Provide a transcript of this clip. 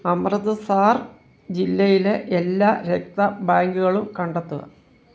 അമൃത്സർ ജില്ലയിലെ എല്ലാ രക്ത ബാങ്കുകളും കണ്ടെത്തുക